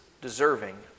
deserving